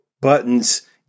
buttons